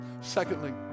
Secondly